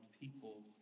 people